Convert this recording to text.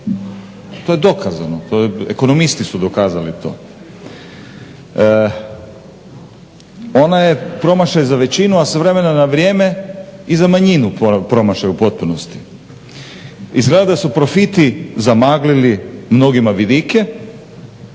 To je dokazano, ekonomisti su dokazali to. Ona je promašaj za većinu a s vremena na vrijeme i za manjinu promašaj u potpunosti. Izgleda da su profiti zamaglili mnogima vidike.